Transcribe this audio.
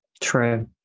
True